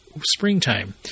springtime